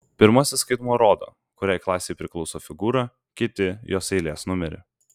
pirmasis skaitmuo rodo kuriai klasei priklauso figūra kiti jos eilės numerį